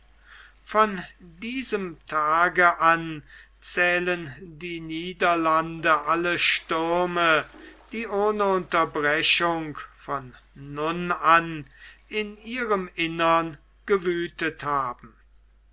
von diesem tage an zählen die niederlande alle stürme die ohne unterbrechung von nun an in ihrem innern gewütet haben